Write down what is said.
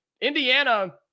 Indiana